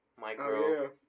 Micro